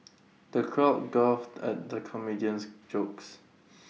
the crowd guffawed at the comedian's jokes